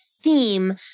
theme